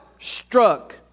struck